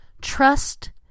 trust